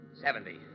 Seventy